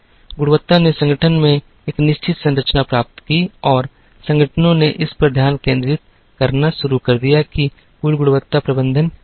गुणवत्ता ने संगठन में एक निश्चित संरचना प्राप्त की और संगठनों ने इस पर ध्यान केंद्रित करना शुरू कर दिया कि कुल गुणवत्ता प्रबंधन क्या है